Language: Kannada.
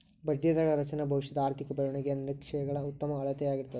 ಬಡ್ಡಿದರಗಳ ರಚನೆ ಭವಿಷ್ಯದ ಆರ್ಥಿಕ ಬೆಳವಣಿಗೆಯ ನಿರೇಕ್ಷೆಗಳ ಉತ್ತಮ ಅಳತೆಯಾಗಿರ್ತದ